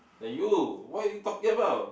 that you what are you talking about